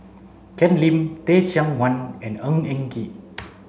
Ken Lim Teh Cheang Wan and Ng Eng Kee